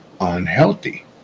unhealthy